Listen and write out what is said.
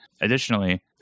Additionally